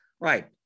right